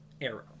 Arrow